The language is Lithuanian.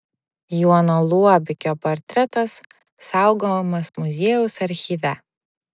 jono luobikio portretas saugomas muziejaus archyve